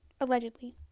allegedly